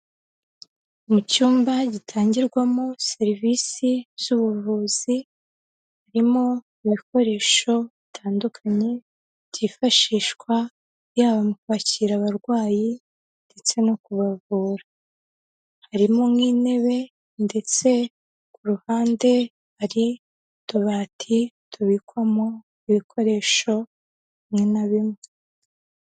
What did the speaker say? Mu cyumba gitangirwamo serivisi z'ubuvuzi, harimo ibikoresho bitandukanye byifashishwa yaba kwakira abarwayi ndetse no kubavura, harimo nk'intebe ndetse ku ruhande hari utubati tubikwamo ibikoresho bimwe na bimwe.